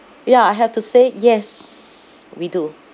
ya I have to say yes we do